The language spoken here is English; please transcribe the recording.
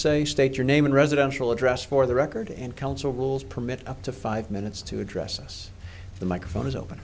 say state your name and residential address for the record and council rules permit up to five minutes to address the microphone is open